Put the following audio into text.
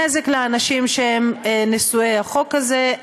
נזק לאנשים שהם נשואי החוק הזה,